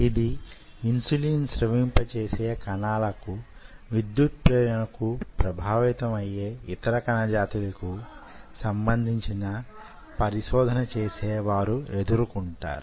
ఇది ఇన్సులిన్ స్రవింప చేసే కణాలకు విద్యుత్ ప్రేరణ కు ప్రభావితం అయ్యే ఇతర కణ జాతులకు సంబంధించిన పరిశోధన చేసే వారు ఎదుర్కొంటారు